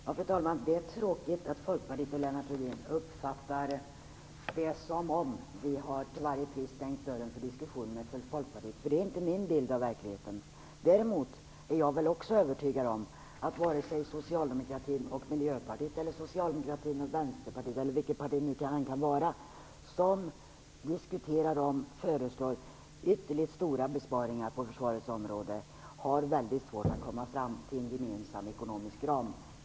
Fru talman! Det är tråkigt att Folkpartiet och Lennart Rohdin uppfattar det som om vi till varje pris har stängt dörren för diskussioner med Folkpartiet, för det är inte min bild av verkligheten. Däremot är jag väl också övertygad om att vare sig det är Socialdemokraterna och Miljöpartiet eller Socialdemokraterna och Vänsterpartiet eller vilka partier det än kan vara som diskuterar och föreslår ytterligt stora besparingar på försvarets område så är det väldigt svårt att komma fram till en gemensam ekonomisk ram.